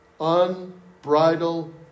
Unbridled